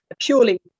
purely